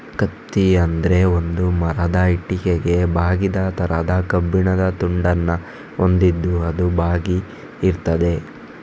ಕತ್ತಿ ಅಂದ್ರೆ ಒಂದು ಮರದ ಹಿಡಿಕೆಗೆ ಬಾಗಿದ ತರದ ಕಬ್ಬಿಣದ ತುಂಡನ್ನ ಹೊಂದಿದ್ದು ಅದು ಬಾಗಿ ಇರ್ತದೆ